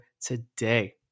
today